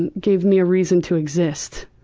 and gave me a reason to exist.